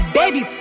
baby